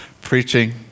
preaching